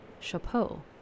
chapeau